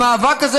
המאבק הזה,